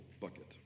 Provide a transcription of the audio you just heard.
bucket